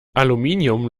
aluminium